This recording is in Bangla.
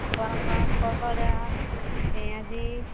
গরম গরম পকোড়া পেঁয়াজি